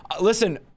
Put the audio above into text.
Listen